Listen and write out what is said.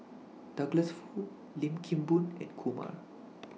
Douglas Foo Lim Kim Boon and Kumar